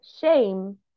shame